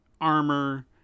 armor